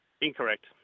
Incorrect